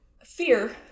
fear